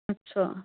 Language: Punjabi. ਅੱਛਾ